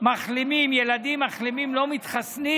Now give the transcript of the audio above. שילדים מחלימים לא מתחסנים,